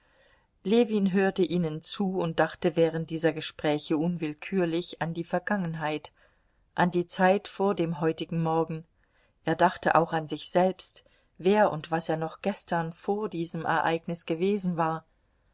ljewin hörte ihnen zu und dachte während dieser gespräche unwillkürlich an die vergangenheit an die zeit vor dem heutigen morgen er dachte auch an sich selbst wer und was er noch gestern vor diesem ereignis gewesen war